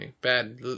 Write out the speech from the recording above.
Bad